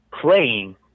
playing